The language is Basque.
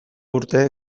urte